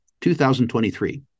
2023